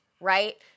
right